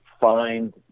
find